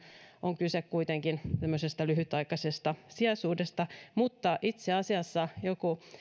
on kyse kuitenkin tämmöisestä lyhytaikaisesta sijaisuudesta mutta itse asiassa joku